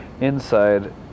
inside